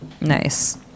Nice